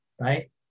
right